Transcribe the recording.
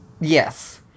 Yes